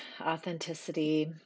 authenticity